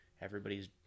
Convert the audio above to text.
Everybody's